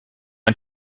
ein